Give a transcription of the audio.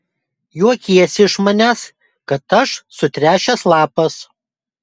juokiesi iš manęs kad aš sutręšęs lapas